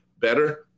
better